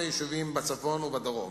ב-48 יישובים בצפון ובדרום